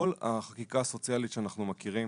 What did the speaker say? כל החקיקה הסוציאלית שאנחנו מכירים,